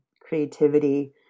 creativity